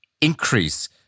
increase